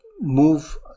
move